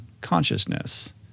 consciousness